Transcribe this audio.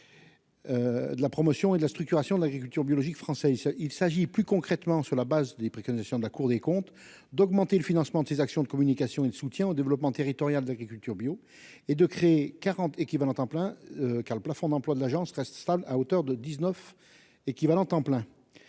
De la promotion et la structuration de l'agriculture biologique français, il s'agit plus concrètement sur la base des préconisations de la Cour des comptes, d'augmenter le financement des actions de communication et de soutien au développement territorial de l'agriculture bio et de créer 40 équivalents temps plein, car le plafond d'emplois de l'agence reste stable, à hauteur de 19 équivalents temps plein,